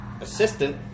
assistant